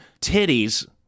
titties